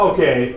Okay